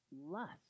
Lust